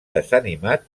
desanimat